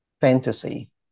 fantasy